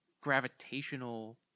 gravitational